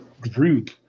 group